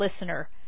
listener